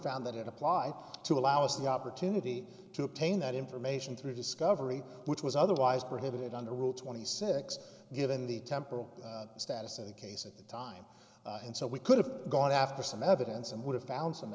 found that it applied to allow us the opportunity to obtain that information through discovery which was otherwise prohibited under rule twenty six given the temporal status of the case at the time and so we could have gone after some evidence and would have found some